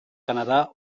canadà